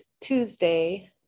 Tuesday